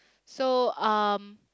so um